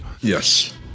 yes